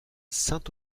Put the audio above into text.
saint